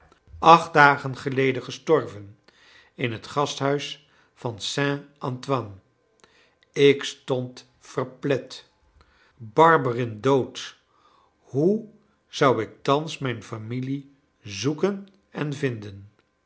acht dagen geleden gestorven in het gasthuis van saint antoine ik stond verplet barberin dood i hoe zou ik thans mijn familie zoeken en vinden